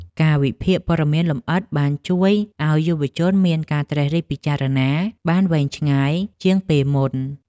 ការវិភាគព័ត៌មានលម្អិតបានជួយឱ្យយុវជនមានការត្រិះរិះពិចារណាបានវែងឆ្ងាយជាងពេលមុន។